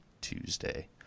Tuesday